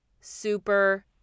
super